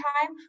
time